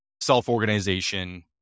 self-organization